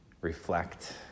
Reflect